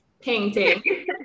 painting